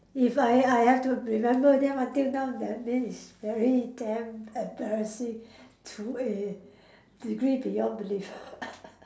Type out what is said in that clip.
if I I have to remember them until now that mean it's very damn embarrassing to a degree beyond belief